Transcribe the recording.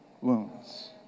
wounds